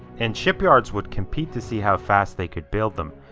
and shipyards would compete to see how fast they could build them.